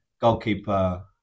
Goalkeeper